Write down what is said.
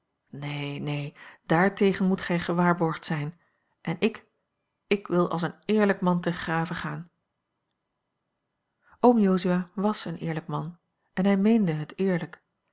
neen neen dààrtegen moet gij gewaarborgd zijn en ik ik wil als een eerlijk man ten grave gaan oom jozua was een eerlijk man en hij meende het eerlijk